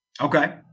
Okay